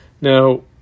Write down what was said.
Now